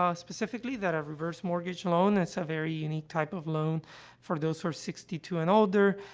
ah specifically, that a reverse mortgage loan that's a very unique type of loan for those who are sixty two and older,